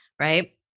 right